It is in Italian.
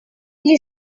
gli